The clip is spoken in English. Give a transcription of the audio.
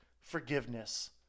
forgiveness